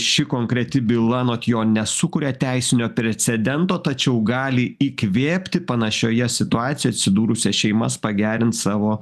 ši konkreti byla anot jo nesukuria teisinio precedento tačiau gali įkvėpti panašioje situacijoj atsidūrusias šeimas pagerint savo